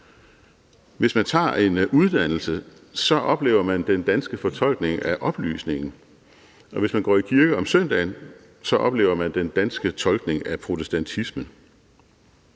Hvis man tager en uddannelse, oplever man den danske fortolkning af oplysningen, og hvis man går i kirke om søndagen, oplever man den danske fortolkning af protestantismen.